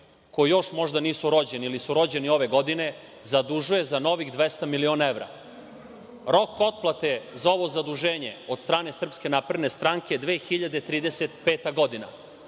koji još možda nisu rođeni ili su rođeni ove godine, zadužuje za novih 200 miliona evra. Rok naplate za ovo zaduženje od strane SNS je 2035. godine.